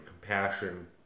compassion